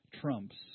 trumps